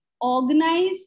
organize